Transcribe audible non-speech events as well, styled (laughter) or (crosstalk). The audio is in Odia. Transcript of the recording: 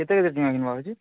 କେତେ କେତେ (unintelligible) କିଣ୍ବ ଆଜି